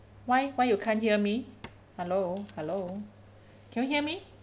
why why you can't hear me hello hello can you hear me